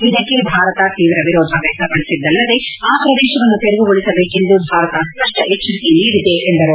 ಇದಕ್ಕೆ ಭಾರತ ತೀವ್ರ ವಿರೋಧ ವ್ಯಕ್ತಪಡಿಸಿದ್ದಲ್ಲದೆ ಆ ಪ್ರದೇಶವನ್ನು ತೆರವುಗೊಳಿಸಬೇಕೆಂದು ಭಾರತ ಸ್ಪಷ್ಟ ಎಚ್ವರಿಕೆ ನೀಡಿದೆ ಎಂದರು